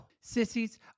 Sissies